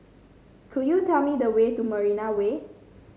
could you tell me the way to Marina Way